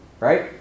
Right